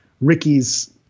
Ricky's